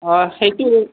অঁ সেইটো